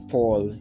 Paul